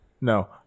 no